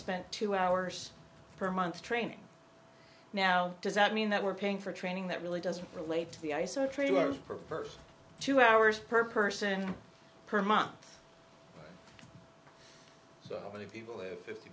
spent two hours per month training now does that mean that we're paying for training that really doesn't relate to the ice or trailers perverse two hours per person per month so many people live